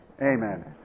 Amen